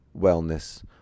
wellness